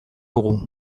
dugu